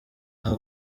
aho